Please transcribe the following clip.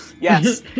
Yes